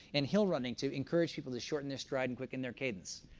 and hill running to encourage people to shorten their stride and quicken their cadence.